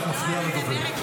בבקשה, את מפריעה לדובר.